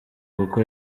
kuko